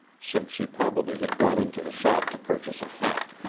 since she probably had gone into the shop to purchase a hat.